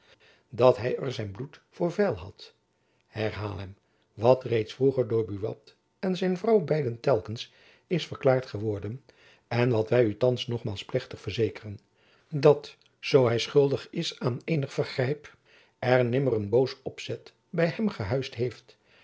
dat hy er zijn bloed voor veil had herhaal hem wat reeds vroeger door buat en zijn vrouw beiden telkens is verklaard geworden en wat wy u thands nogmaals plechtig verzekeren dat zoo hy schuldig is aan eenig vergrijp er nimmer een boos opzet by hem gehuisd heeft